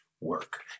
work